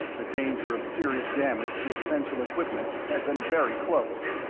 the danger of serious damage to essential equipment had been very close,